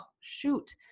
shoot